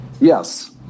Yes